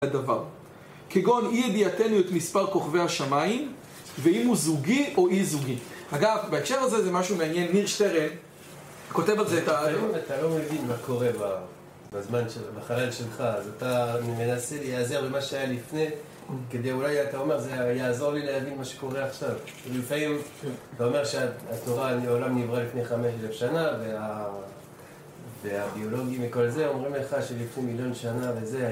כגון אי ידיעתנו את מספר כוכבי השמיים ואם הוא זוגי או אי זוגי אגב בהקשר הזה זה משהו מעניין ניר שטרן כותב על זה אתה לא מבין מה קורה בזמן, בחלל שלך אז אתה מנסה להיעזר במה שהיה לפני כדי אולי אתה אומר זה יעזור לי להבין מה שקורה עכשיו ולפעמים אתה אומר שהתורה העולם נברא לפני חמש אלף שנה והביולוגים וכל זה אומרים לך שלפני מיליון שנה וזה